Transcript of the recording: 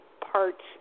parts